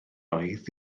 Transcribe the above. oedd